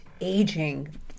aging